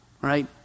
right